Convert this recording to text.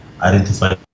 identify